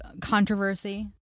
controversy